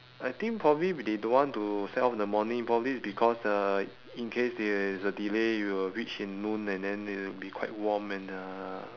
I think probably they don't want to set off in the morning probably it's because like in case there is a delay you will reach in noon and then it will be quite warm and uh